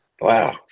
Wow